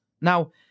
Now